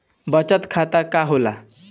बचत खाता का होला?